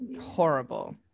Horrible